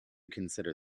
consider